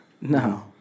No